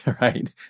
right